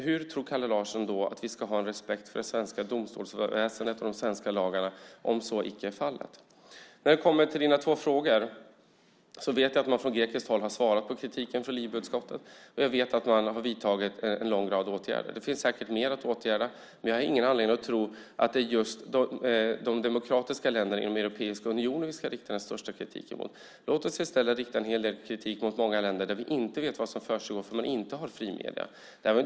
Hur tror Kalle Larsson att vi ska kunna ha respekt för det svenska domstolsväsendet och de svenska lagarna i så fall? När det gäller Kalle Larssons frågor har man från grekiskt håll svarat på kritiken från LIBE-utskottet och också vidtagit en lång rad åtgärder. Det finns säkert mer att åtgärda, men jag har ingen anledning att tro att det är de demokratiska länderna inom Europeiska unionen vi ska rikta den hårdaste kritiken mot. Låt oss i stället rikta kritik mot många av de länder där vi inte vet vad som försiggår eftersom de inte har fria medier.